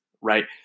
right